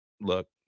look